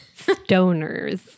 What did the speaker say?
stoners